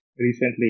recently